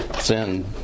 Send